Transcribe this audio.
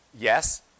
yes